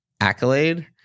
Accolade